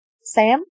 Sam